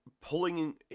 pulling